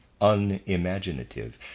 unimaginative